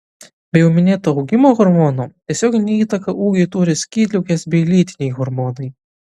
be jau minėto augimo hormono tiesioginę įtaką ūgiui turi skydliaukės bei lytiniai hormonai